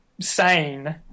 sane